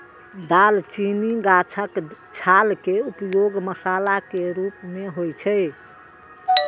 दालचीनी गाछक छाल के उपयोग मसाला के रूप मे होइ छै